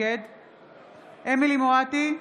נגד אמילי חיה מואטי,